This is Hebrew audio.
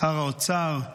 שר האוצר,